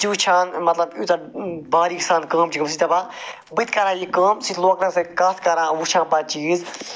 سُہ چھِ وٕچھان مطلب یوٗتاہ باریٖک سان کٲم دَپان بہٕ تہِ کرہا یہِ کٲم سۭتۍ لوکلن سۭتۍ کَتھ کَران وٕچھان پتہٕ چیٖز